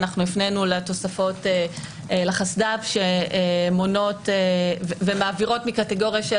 הפנינו לתוספות לחסד"פ שמעבירות מקטגוריה של